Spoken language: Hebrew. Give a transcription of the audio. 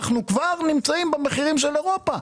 אנחנו כבר נמצאים במחירים של אירופה.